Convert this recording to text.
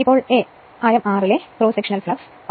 ഇപ്പോൾ a ആരം r ലെ ക്രോസ് സെക്ഷണൽ ഫ്ലക്സ് പാത ആണ്